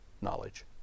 knowledge